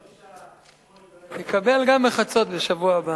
לא בשעה 20:00. תקבל גם בחצות בשבוע הבא.